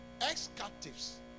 ex-captives